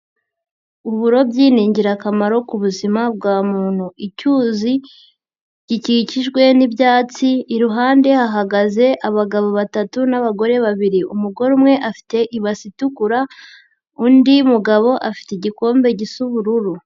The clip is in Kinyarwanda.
Uburobyi ni ingirakamaro ku buzima bwa muntu, icyuzi gikikijwe n'ibyatsi, iruhande hahagaze abagabo batatu n'abagore babiri, umugore umwe afite ibasi itukura undi mugabo afite igikombe gisa ubururu.